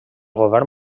govern